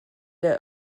der